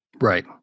Right